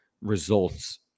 results